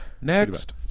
Next